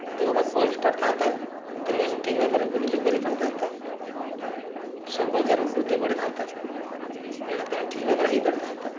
ଯଦି ଓ cold store ଥାନ୍ତା ସେଥିରେ ବି ଆମେ ଠିକ୍ ଭାବରେ ବିନିଯୋଗ କରିପାରିଥାନ୍ତେ କୃଷକ ବଜାର ବୃଦ୍ଧି ବଢ଼ିଥାନ୍ତା ନେଣଦେଣ ଠିକ ଭାବରେ ହେଇପାରିଥାନ୍ତା